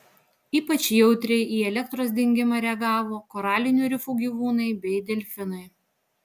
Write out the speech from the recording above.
ypač jautriai į elektros dingimą reagavo koralinių rifų gyvūnai bei delfinai